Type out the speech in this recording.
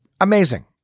Amazing